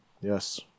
Yes